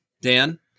Dan